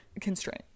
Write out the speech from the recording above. constraint